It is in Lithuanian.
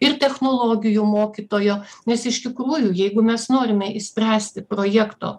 ir technologijų mokytojo nes iš tikrųjų jeigu mes norime išspręsti projekto